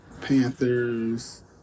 Panthers